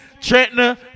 Trenton